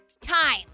Time